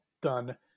done